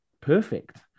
perfect